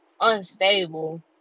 unstable